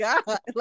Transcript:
God